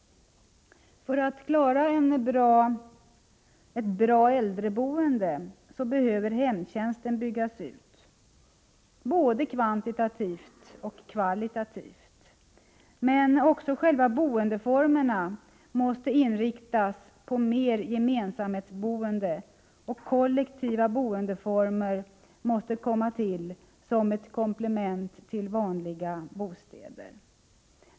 För att man skall kunna klara ett bättre äldreboende behöver hemtjänsten byggas ut, både kvantitativt och kvalitativt. Men också själva boendeformerna måste inriktas på mer gemensamhetsboende, och kollektiva boendeformer måste komma till som ett komplement till vanliga bostäder.